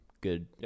Good